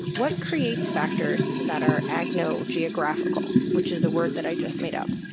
what creates factors that are agnogeographical which is a word that i just made up?